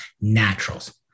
Naturals